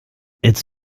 jetzt